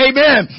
Amen